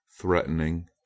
threatening